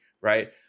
right